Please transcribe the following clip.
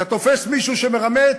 אתה תופס מישהו שמרמה,